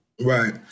Right